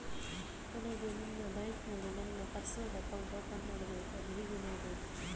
ನನಗೆ ನಿಮ್ಮ ಬ್ಯಾಂಕಿನಲ್ಲಿ ನನ್ನ ಪರ್ಸನಲ್ ಅಕೌಂಟ್ ಓಪನ್ ಮಾಡಬೇಕು ಅದು ಹೇಗೆ ಮಾಡುವುದು?